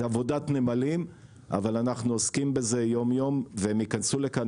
זו עבודת נמלים אבל אנחנו עוסקים בזה יום יום והם ייכנסו לכאן,